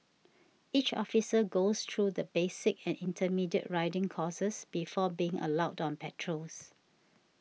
each officer goes through the basic and intermediate riding courses before being allowed on patrols